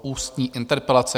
Ústní interpelace